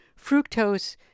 fructose